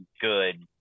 good